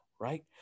right